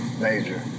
Major